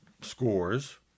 scores